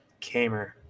Kamer